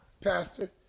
pastor